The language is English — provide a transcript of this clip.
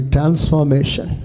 Transformation